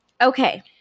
Okay